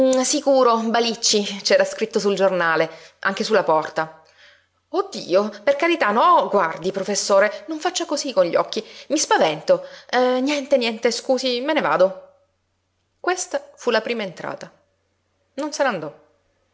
sicuro balicci c'era scritto sul giornale anche su la porta oh dio per carità no guardi professore non faccia cosí con gli occhi i spavento niente niente scusi me ne vado questa fu la prima entrata non